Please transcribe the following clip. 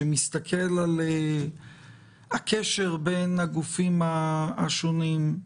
שמסתכל על הקשר בין הגופים השונים?